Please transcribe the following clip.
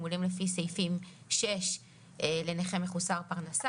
תגמולים לפי סעיף 6 לנכה מחוסר פרנסה,